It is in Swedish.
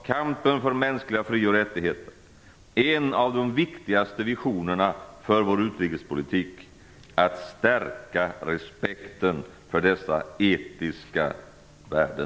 Kampen för mänskliga fri och rättigheter måste vara en av de viktigaste visionerna för vår utrikespolitik, att stärka respekten för dessa etiska värden.